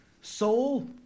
soul